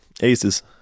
aces